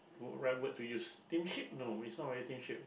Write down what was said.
right word to use no it's not really